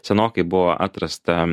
senokai buvo atrasta